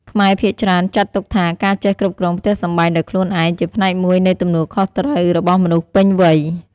ខ្មែរភាគច្រើនចាត់ទុកថា ការចេះគ្រប់គ្រងផ្ទះសម្បែងដោយខ្លួនឯង ជាផ្នែកមួយនៃទំនួលខុសត្រូវរបស់មនុស្សពេញវ័យ។